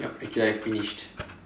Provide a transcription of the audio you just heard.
yup actually I finished